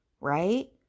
Right